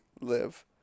live